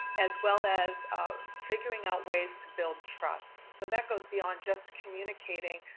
as well as figuring out ways to build trust. so that goes beyond just communicating,